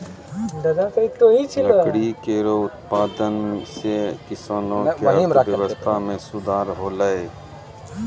लकड़ी केरो उत्पादन सें किसानो क अर्थव्यवस्था में सुधार हौलय